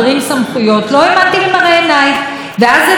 ואז הבנתי שהסמכויות שהעברנו פעם היו